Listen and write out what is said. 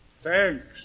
Thanks